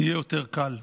יהיה יותר קל.